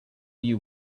you